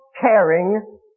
caring